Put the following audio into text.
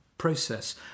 process